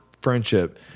friendship